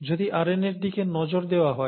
যদি আরএনএর দিকে নজর দেওয়া হয়